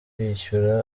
kwishyura